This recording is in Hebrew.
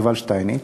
יובל שטייניץ,